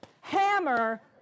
hammer